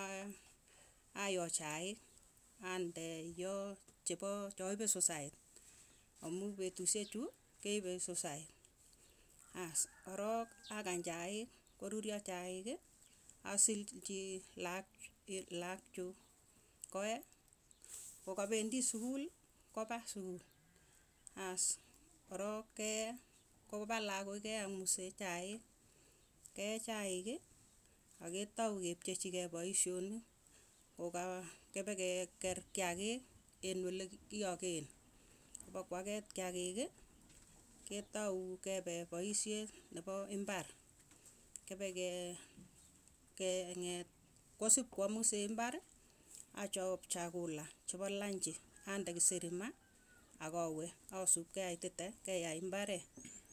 a- ayoo chaik, ande yoo chepo chaipe sosayati, amu petushechu keipe sosayat, as korook akany chaik. koruryo chaik asilchi laak kiit laak chuk koee, kokapendi sukul kopa sukul, as korok ke ee, kopa lakok kee ak musee chaik, ke chaik ii aketau kepchechi kei paishonik, ng'oka kepekekeer kiakiik eng' ole kiakeen, pokwaket kiakiik, ketau kepe paishet nepa imbar, kepeke keng'et kosipwa msee imbar achop chakula, chepo lanchi, ande kiseri maa akawe. asup kiaitite keyai imbaret.